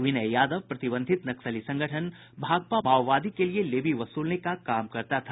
विनय यादव प्रतिबंधित नक्सली संगठन भाकपा माओवादी के लिए लेवी वसूलने का काम करता था